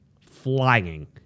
flying